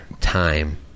time